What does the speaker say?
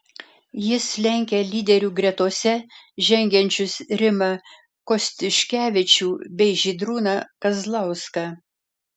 jis lenkia lyderių gretose žengiančius rimą kostiuškevičių bei žydrūną kazlauską